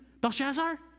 Belshazzar